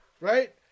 right